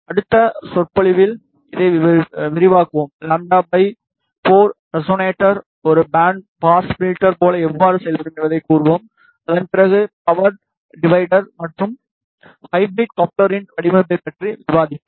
அடுத்த சொற்பொழிவில் இதை விரிவாக்குவோம் λ 4 ரெசனேட்டர் ஒரு பேண்ட் பாஸ் ஃப்ல்டர் போல எவ்வாறு செயல்படும் என்பதைக் கூறுவோம்அதன் பிறகு பவர் டிவைடர் மற்றும் ஹைப்ரிட் கப்ளரின் வடிவமைப்பு பற்றி விவாதிப்போம்